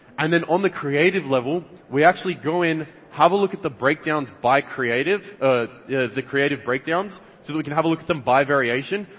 and then on the creative level, we actually go in have a look at the breakdowns by creative the creative breakdowns, so we can have a look at them by variation,